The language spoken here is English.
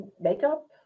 makeup